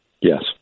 Yes